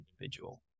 individual